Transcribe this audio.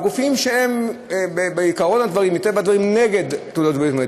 גופים שמטבע הדברים הם נגד תעודת זהות ביומטרית,